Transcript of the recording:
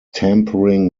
tampering